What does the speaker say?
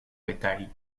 détails